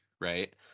right